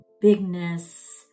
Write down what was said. bigness